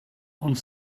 ond